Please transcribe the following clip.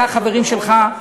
זה החברים שלך,